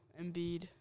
Embiid